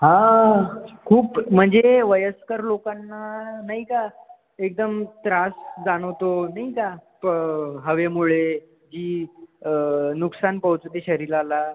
हा खूप म्हणजे वयस्कर लोकांना नाही का एकदम त्रास जाणवतो नाही का प हवेमुळे की जी नुकसान पोचवते शरीराला